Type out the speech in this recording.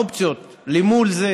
האופציות למול זה